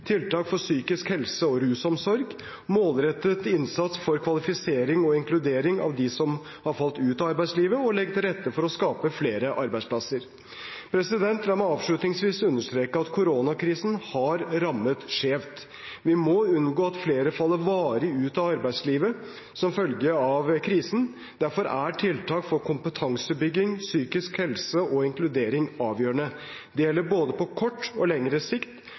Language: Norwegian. tiltak for psykisk helse og rusomsorg målrettet innsats for kvalifisering og inkludering av dem som har falt ut av arbeidslivet å legge til rette for at det skapes flere arbeidsplasser La meg avslutningsvis understreke at koronakrisen har rammet skjevt. Vi må unngå at flere faller varig ut av arbeidslivet som følge av krisen. Derfor er tiltak for kompetansebygging, psykisk helse og inkludering avgjørende. Det gjelder på både kort og lengre sikt,